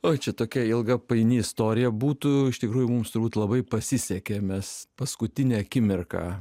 oi čia tokia ilga paini istorija būtų iš tikrųjų mums turbūt labai pasisekė mes paskutinę akimirką